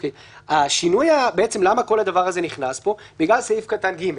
(1)על אף האמור בסעיף קטן (ג),